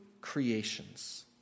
creations